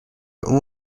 اون